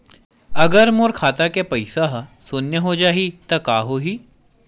अगर मोर खाता के पईसा ह शून्य हो जाही त का होही?